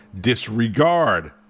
disregard